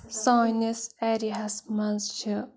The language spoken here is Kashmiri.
سٲنِس ایرِیاہس منٛز چھِ